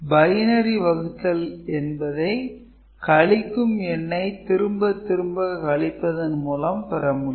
binary வகுத்தல் என்பதை கழிக்கும் எண்ணை திரும்ப திரும்ப கழிப்பதன் மூலம் பெறமுடியும்